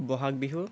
Bohag Bihu